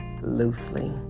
loosely